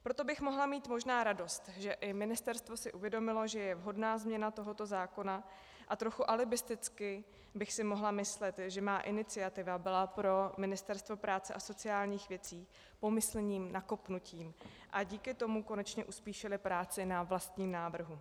Proto bych mohla mít možná radost, že i ministerstvo si uvědomilo, že je vhodná změna tohoto zákona, a trochu alibisticky bych si mohla myslet, že má iniciativa byla pro Ministerstvo práce a sociálních věcí pomyslným nakopnutím a díky tomu konečně uspíšili práci na vlastním návrhu.